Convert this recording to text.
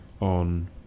on